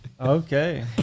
Okay